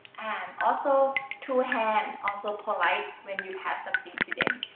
and also two hands also polite when you pass something to them.